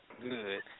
Good